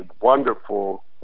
wonderful